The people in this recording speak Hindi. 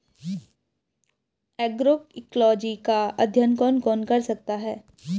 एग्रोइकोलॉजी का अध्ययन कौन कौन कर सकता है?